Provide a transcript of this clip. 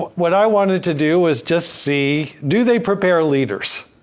what i wanted to do was just see, do they prepare leaders?